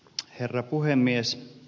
herra puhemies